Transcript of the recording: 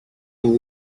two